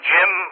Jim